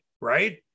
right